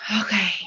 okay